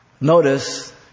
Notice